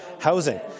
housing